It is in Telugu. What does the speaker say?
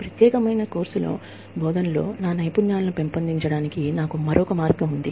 ఈ ప్రత్యేకమైన కోర్సు బోధనలో నా నైపుణ్యాలను పెంపొందించడానికి నాకు మరొక మార్గం ఉంది